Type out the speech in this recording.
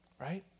Right